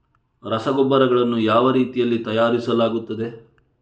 ರಸಗೊಬ್ಬರಗಳನ್ನು ಯಾವ ರೀತಿಯಲ್ಲಿ ತಯಾರಿಸಲಾಗುತ್ತದೆ?